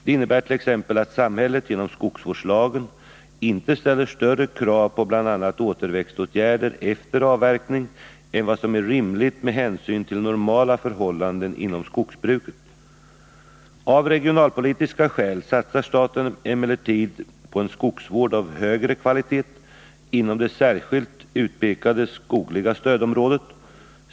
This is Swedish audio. Det innebär t.ex. att samhället genom skogsvårdslagen inte ställer större krav på bl.a. återväxtåtgärder efter avverkning än vad som är rimligt med hänsyn till normala förhållanden inom skogsbruket. Av regionalpolitiska skäl satsar staten emellertid på en skogsvård av högre kvalitet inom det särskilt utpekade skogliga stödområdet.